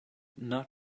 not